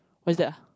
what is that ah